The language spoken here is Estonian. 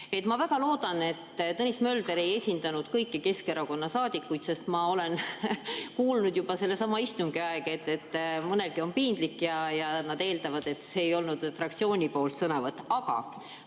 Ma väga loodan, et Tõnis Mölder ei esindanud kõiki Keskerakonna saadikuid, sest ma olen kuulnud juba sellesama istungi ajal, et mõnelgi on piinlik ja nad eeldavad, et see ei olnud fraktsiooni nimel